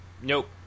nope